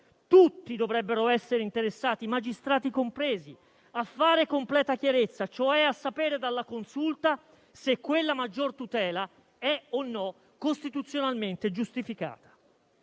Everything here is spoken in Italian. Tutti dovrebbero essere interessati - magistrati compresi - a fare completa chiarezza, cioè a sapere dalla Consulta se quella maggior tutela è o no costituzionalmente giustificata.